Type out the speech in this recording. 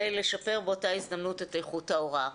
ולשפר באותה הזדמנות את איכות ההוראה.